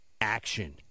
action